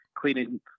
cleaning